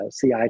CI